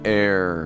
air